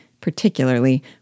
particularly